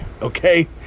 Okay